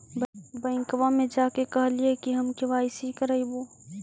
बैंकवा मे जा के कहलिऐ कि हम के.वाई.सी करईवो?